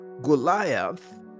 Goliath